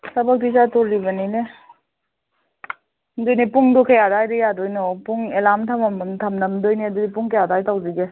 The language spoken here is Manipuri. ꯊꯕꯛꯇꯤ ꯆꯠꯇꯣꯔꯤꯕꯅꯤꯅꯦ ꯑꯗꯨꯅꯤ ꯄꯨꯡꯗꯨ ꯀꯌꯥ ꯑꯗꯨꯋꯥꯏꯗ ꯌꯥꯗꯣꯏꯅꯣ ꯄꯨꯡ ꯑꯦꯂꯥꯝ ꯊꯝꯃꯝꯗꯣꯏꯅꯤ ꯑꯗꯨ ꯄꯨꯡ ꯀꯌꯥ ꯑꯗꯨꯋꯥꯏ ꯇꯧꯁꯤꯒꯦ